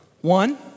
One